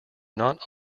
not